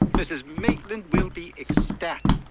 mrs. maitland will be ecstatic.